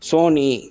Sony